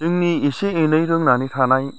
जोंनि एसे एनै रोंनानै थानाय